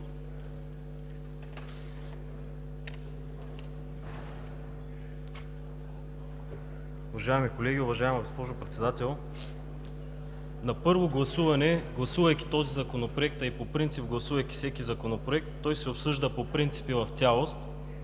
Уважаеми колеги, уважаема госпожо Председател! На първо четене, гласувайки този Законопроект, а и всеки законопроект, той се обсъжда по принцип и в цялост.